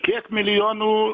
kiek milijonų